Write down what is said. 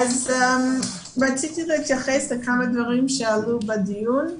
רציתי להתייחס לכמה דברים שעלו בדיון.